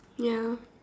ya